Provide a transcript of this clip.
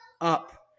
Up